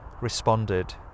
responded